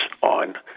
on